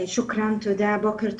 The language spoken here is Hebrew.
בוקר טוב.